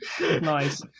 Nice